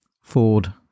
Ford